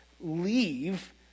leave